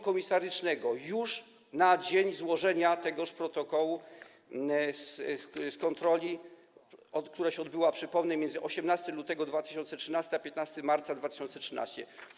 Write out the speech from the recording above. komisarycznego już na dzień złożenia tegoż protokołu kontroli, która się odbyła, przypomnę, między 18 lutego 2013 r. a 15 marca 2013 r.